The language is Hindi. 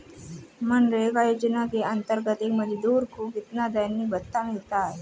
मनरेगा योजना के अंतर्गत एक मजदूर को कितना दैनिक भत्ता मिलता है?